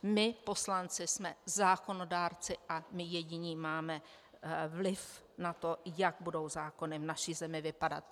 My, poslanci, jsme zákonodárci a my jediní máme vliv na to, jak budou zákony v naší zemi vypadat.